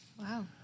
Wow